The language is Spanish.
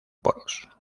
poros